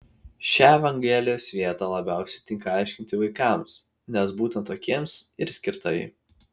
šią evangelijos vietą labiausiai tinka aiškinti vaikams nes būtent tokiems ir skirta ji